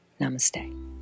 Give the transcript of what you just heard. Namaste